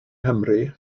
nghymru